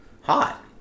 Hot